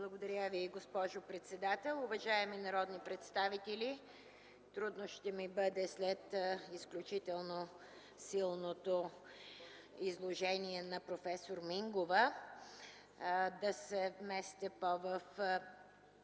Благодаря Ви, госпожо председател. Уважаеми народни представители! Трудно ще ми бъде след изключително силното изложение на проф. Мингова да представя